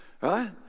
right